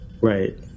Right